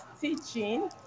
teaching